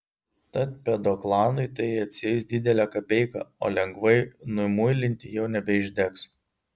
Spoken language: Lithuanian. tad pedoklanui tai atsieis didelę kapeiką o lengvai numuilint jau nebeišdegs